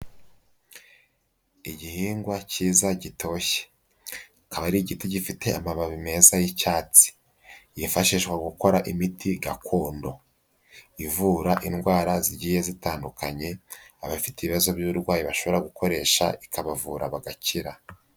Igihingwa cyiza gitoshye. Akaba ari igiti gifite amababi meza y'icyatsi. Yifashishwa mu gukora imiti gakondo. Ivura indwara zigiye zitandukanye, abafite ibibazo by'uburwayi bashobora gukoresha, ikabavura bagakira.